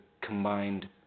combined